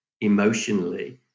emotionally